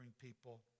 people